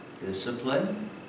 discipline